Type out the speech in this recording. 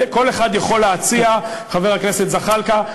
כל אחד יכול להציע, חבר הכנסת זחאלקה.